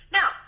Now